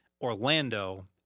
Orlando